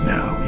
Now